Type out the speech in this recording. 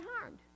harmed